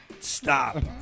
stop